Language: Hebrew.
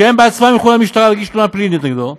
שהם עצמם ילכו למשטרה להגיש תלונה פלילית נגדו,